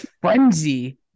frenzy